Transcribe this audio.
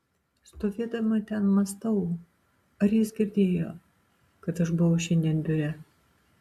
stovėdama ten mąstau ar jis girdėjo kad aš buvau šiandien biure